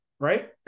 right